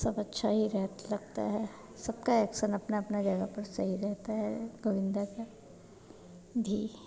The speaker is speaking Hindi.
सब अच्छा ही रह लगता है सबका एक्शन अपनी अपनी जगह पर सही रहता है गोविन्दा का भी